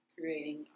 creating